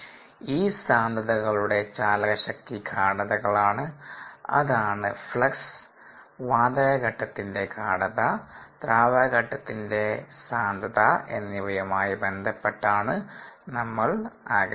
ഈ സാന്ദ്രതകളുടെ ചാലകശക്തി ഗാഢതകളാണ്അതാണ് ഫ്ലക്സ് വാതക ഘട്ടത്തിന്റെ ഗാഢത ദ്രാവക ഘട്ടത്തിന്റെ സാന്ദ്രത എന്നിവയുമായി ബന്ധപ്പെട്ടാണ് നമ്മൾ ആഗ്രഹിക്കുന്നത്